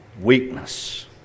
Weakness